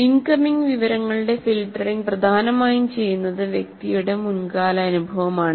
incoming വിവരങ്ങളുടെ filtering പ്രധാനമായും ചെയ്യുന്നത് വ്യക്തിയുടെ മുൻകാല അനുഭവമാണ്